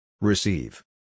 Receive